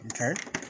Okay